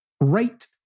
Right